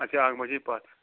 اَچھا اکھ بَجے پتھ